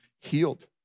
healed